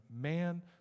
man